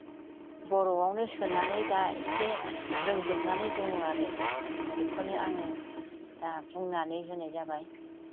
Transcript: बर'आवनो सोनानै दा एसे रोंजोबनानै दं आरो बेखौनो आङो दा बुंनानै होनाय जाबाय